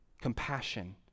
compassion